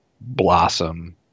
blossom